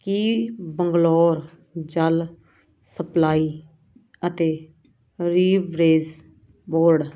ਕੀ ਬੰਗਲੋਰ ਜਲ ਸਪਲਾਈ ਅਤੇ ਰੀਬ੍ਰੇਜ ਬੋਡ